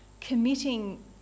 committing